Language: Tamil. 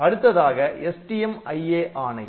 அடுத்ததாக STMIA ஆணை